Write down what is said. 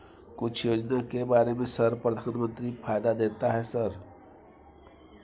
कुछ योजना के बारे में सर प्रधानमंत्री फायदा देता है सर?